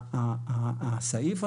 הסעיף,